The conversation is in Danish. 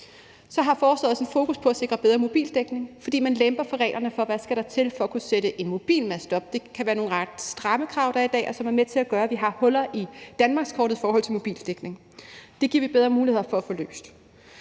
Så har forslaget også et fokus på at sikre bedre mobildækning, fordi man lemper reglerne for, hvad der skal til for at kunne sætte en mobilmast op. Det kan være nogle ret strenge krav, der er i dag, og som er med til at gøre, at vi har huller i danmarkskortet i forhold til mobildækning. Det giver vi bedre muligheder for at få løst.